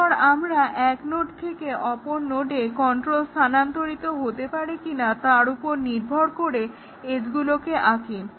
এরপর আমরা এক নোড থেকে অপর নোডে কন্ট্রোল স্থানান্তরিত হতে পারে কিনা তার উপর নির্ভর করে এজগুলোকে আঁকি